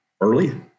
early